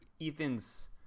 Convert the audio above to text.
Ethan's –